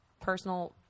personal